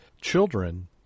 children